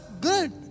good